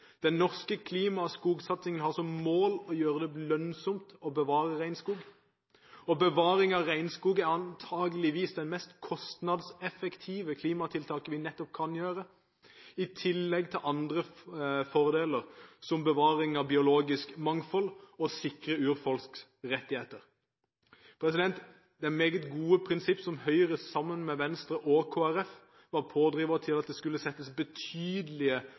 Den norske klima- og skogsatsingen har som mål å gjøre det lønnsomt å bevare regnskog. Bevaring av regnskog er antageligvis det mest kostnadseffektive klimatiltaket vi har – i tillegg til andre fordeler, som bevaring av biologisk mangfold og sikring av urfolks rettigheter. Det er meget gode prinsipper, som Høyre sammen med Venstre og Kristelig Folkeparti var pådrivere for at det skulle settes av betydelige